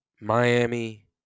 Miami